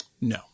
No